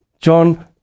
John